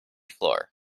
floor